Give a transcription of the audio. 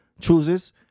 chooses